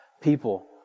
people